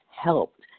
helped